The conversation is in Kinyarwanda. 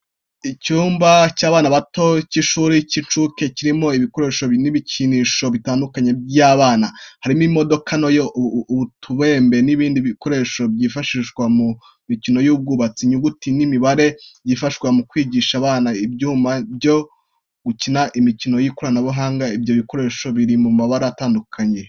Icyumba cy’abana bato cy’ishuri ry’incuke, kirimo ibikoresho n'ibikinisho bitandukanye by'abana, harimo: imodoka ntoya, utubumbe n’ibindi bikoresho byifashishwa mu mikino y’ubwubatsi, inyuguti n’imibare byifashishwa mu kwigisha abana, ibyuma byo gukina imikino y'ikoranabuhanga. Ibyo bikoresho biri mubara atandukanye.